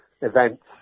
events